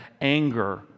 anger